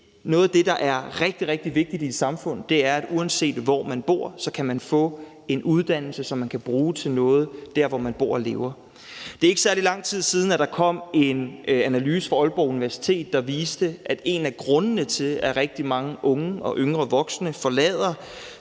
noget af det, der er rigtig, rigtig vigtigt i et samfund, er, at man, uanset hvor man bor, kan få en uddannelse, som man kan bruge til noget der, hvor man bor og lever. Det er ikke særlig lang tid siden, at der kom en analyse fra Aalborg Universitet, der viste, at en af grundene til, at rigtig mange unge og yngre voksne forlader